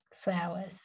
flowers